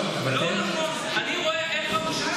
אתה יודע טוב מאוד שעל החמאס